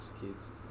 kids